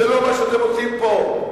זה לא מה שאתם עושים פה.